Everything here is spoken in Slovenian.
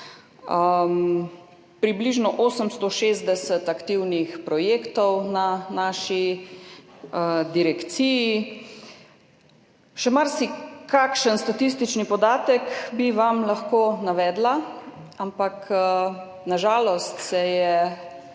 približno 860 aktivnih projektov na naši direkciji. Še marsikakšen statistični podatek bi vam lahko navedla, ampak na žalost se je